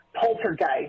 Poltergeist